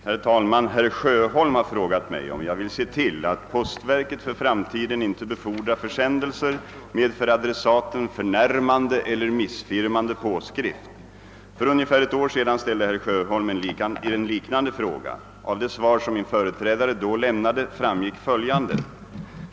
Herr talman! Herr Sjöholm har frågat mig om jag vill se till att postverket för framtiden inte befordrar försändelser med för adressaten förnärmande eller missfirmande påskrift. För ungefär ett år sedan ställde herr Sjöholm en liknande fråga. Av det svar, som min företrädare då lämnade, framgick följande.